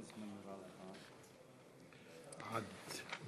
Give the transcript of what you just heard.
4790, 4810, 4816, 4843, 4866 ו-4867.